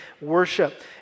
worship